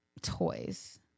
toys